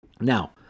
Now